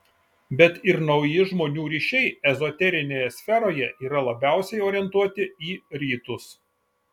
bet ir nauji žmonių ryšiai ezoterinėje sferoje yra labiausiai orientuoti į rytus